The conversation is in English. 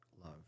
love